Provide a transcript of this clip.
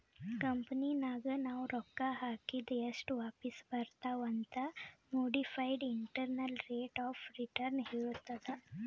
ಕಂಪನಿನಾಗ್ ನಾವ್ ರೊಕ್ಕಾ ಹಾಕಿದ್ ಎಸ್ಟ್ ವಾಪಿಸ್ ಬರ್ತಾವ್ ಅಂತ್ modified internal rate of return ಹೇಳ್ತುದ್